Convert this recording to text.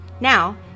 Now